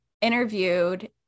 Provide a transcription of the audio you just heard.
interviewed